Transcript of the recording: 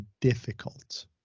difficult